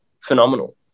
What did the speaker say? phenomenal